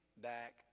back